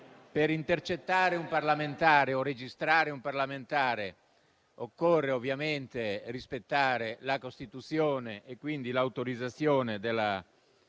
per intercettare un parlamentare o registrare un parlamentare occorre ovviamente rispettare la Costituzione e quindi avere l'autorizzazione della Camera di